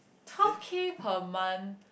twelve K per month